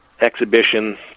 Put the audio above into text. exhibition